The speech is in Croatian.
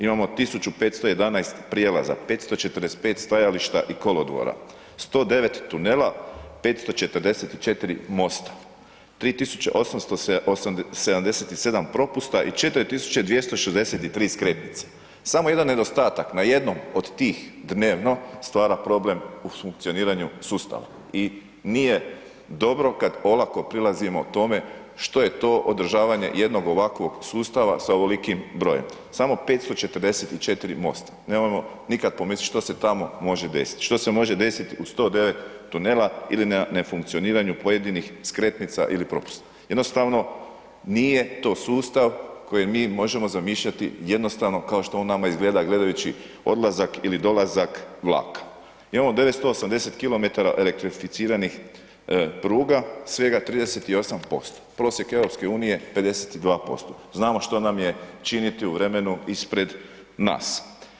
Imamo 1511 prijava za 545 stajališta i kolodvora, 109 tunela, 544 mosta, 3877 propusta i 4263 skretnice, samo jedan nedostatak na jednom od tih dnevno stvara problem u funkcioniranju sustava i nije dobro kad olako prilazimo tome što je to održavanje jednog ovakvog sustava sa ovolikim brojem, samo 544 mosta, nemojmo nikad pomislit što se tamo može desit, što se može desit u 109 tunela ili nefunkcioniranju pojedinih skretnica ili … [[Govornik se ne razumije]] jednostavno nije to sustav koji mi možemo zamišljati jednostavno kao što on nama izgleda gledajući odlazak ili dolazak vlaka, imamo 980 km elektrificiranih pruga svega 38%, prosjek EU je 52%, znamo što nam je činiti u vremenu ispred nas.